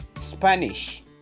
Spanish